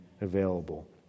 available